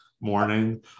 morning